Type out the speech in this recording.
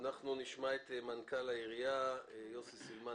נשמע את מנכ"ל העירייה, יוסי סילמן.